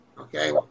Okay